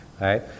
Right